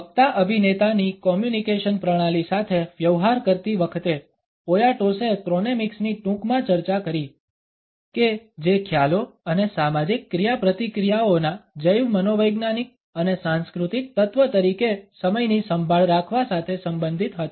વક્તા અભિનેતાની કોમ્યુનિકેશન પ્રણાલી સાથે વ્યવહાર કરતી વખતે પોયાટોસએ ક્રોનેમિક્સની ટૂંકમાં ચર્ચા કરી કે જે ખ્યાલો અને સામાજિક ક્રિયાપ્રતિક્રિયાઓના જૈવ મનોવૈજ્ઞાનિક અને સાંસ્કૃતિક તત્વ તરીકે સમયની સંભાળ રાખવા સાથે સંબંધિત હતી